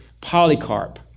Polycarp